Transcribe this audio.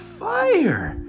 fire